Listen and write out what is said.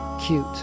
cute